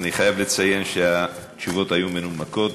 אני חייב לציין שהתשובות היו מנומקות.